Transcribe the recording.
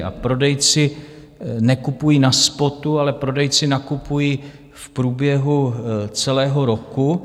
A prodejci nekupují na spotu, ale prodejci nakupují v průběhu celého roku.